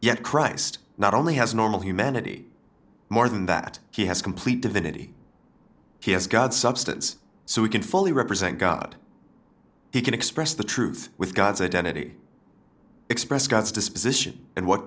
yet christ not only has normal humanity more than that he has complete divinity he is god substance so we can fully represent god he can express the truth with god's identity express god's disposition and what